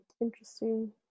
Interesting